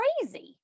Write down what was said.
crazy